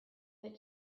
but